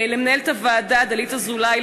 למנהלת הוועדה דלית אזולאי,